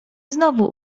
znowu